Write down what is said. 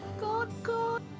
god-god